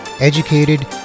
educated